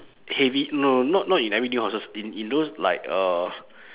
heavy no no not not in everyday houses in in those like uh